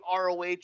ROH